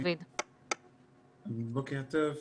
בוקר טוב,